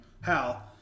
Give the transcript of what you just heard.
Hal